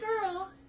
girl